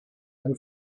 how